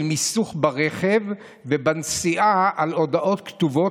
מיסוך ברכב ובנסיעה של הודעות כתובות.